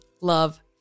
love